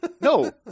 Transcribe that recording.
No